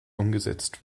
umgesetzt